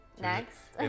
next